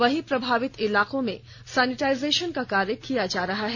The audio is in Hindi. वही प्रभावित इलाकों में सैनिटाइजेशन का कार्य किया जा रहा है